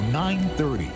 930